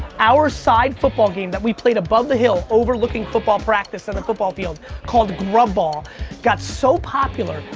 our side football game that we played above the hill, overlooking football practice and a football field called grub ball got so popular,